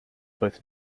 both